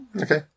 Okay